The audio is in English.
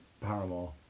Paramore